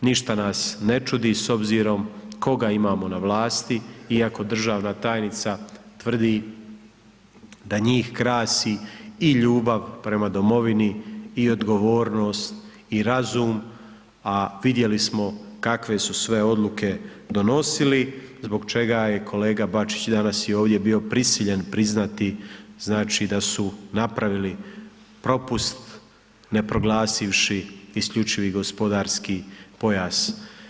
ništa nas ne čudi s obzirom koga imamo na vlasti, iako državna tajnica tvrdi da njih krasi i ljubav prema domovini i odgovornost i razum, a vidjeli smo kakve su sve odluke donosili zbog čega je kolega Bačić danas i ovdje bio prisiljen priznati znači da su napravili propust ne proglasivši isključivi gospodarski pojas.